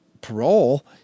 parole